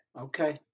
Okay